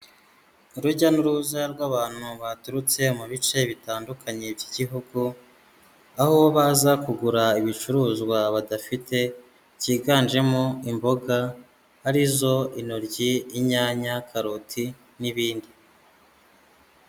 Urujya n'uruza rw'abantu baturutse mu bice bitandukanye by'igihugu, aho baza kugura ibicuruzwa badafite byiganjemo imboga arizo intoryi, inyanya, karoti n'ibindi.